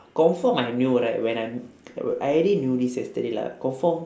confirm I know right when I m~ wh~ I already knew this yesterday lah confirm